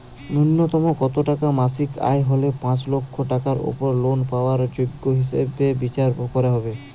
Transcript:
ন্যুনতম কত টাকা মাসিক আয় হলে পাঁচ লক্ষ টাকার উপর লোন পাওয়ার যোগ্য হিসেবে বিচার করা হবে?